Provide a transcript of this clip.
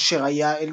אשר היה,